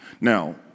Now